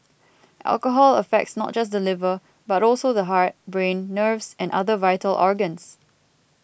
alcohol affects not just the liver but also the heart brain nerves and other vital organs